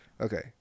Okay